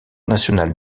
national